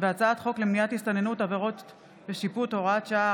הצעת חוק למניעת הסתננות (עבירות ושיפוט) (הוראת שעה,